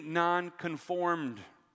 non-conformed